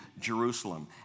Jerusalem